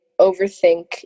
overthink